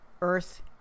Earth